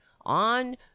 on